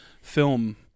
film